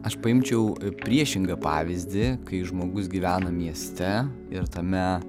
aš paimčiau priešingą pavyzdį kai žmogus gyvena mieste ir tame